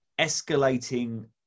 escalating